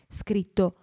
scritto